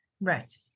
right